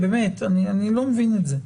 באמת, אני לא מבין את זה.